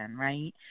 right